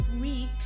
week